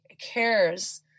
cares